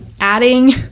adding